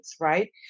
right